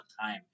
time